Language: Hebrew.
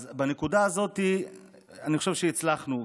אז בנקודה הזאת אני חושב שהצלחנו.